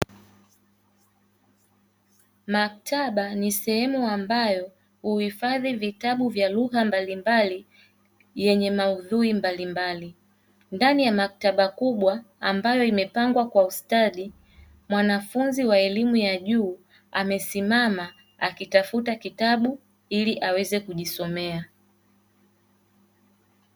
Maktaba ni sehemu ambayo huhifadhi vitabu mbalimbali vyenye maudhui mbalimbali ambavyo maktaba kubwa ambayo imepambwa kwa ustadi mwanafunzi wa elimu ya juu akitafuta kitabu ili aweze kujisomea.